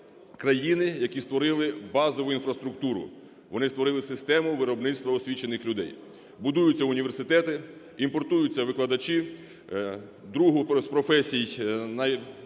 країни, які створили базову інфраструктуру, вони створили систему виробництва освічених людей. Будуються університети, імпортуються викладачі, другу з професій найважливіших